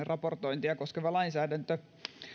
raportointia koskeva lainsäädäntö